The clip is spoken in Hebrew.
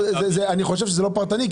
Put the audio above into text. אני חושב שזה לא פרטני.